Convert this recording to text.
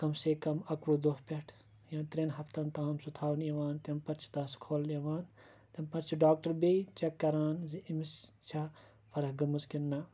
پَتہٕ کَم سے کَم اَکوُہ دۄہ پٮ۪ٹھ یا ترٛٮ۪ن ہَفَتَن تام سُہ تھاونہٕ یِوان تمہِ پَتہٕ چھِ تَس کھولنہٕ یِوان تمہِ پَتہٕ چھِ ڈَاکٹَر بیٚیہِ چیٚک کَران زِ أمِس چھا فَرق گٔمٕژ کنہٕ نہِ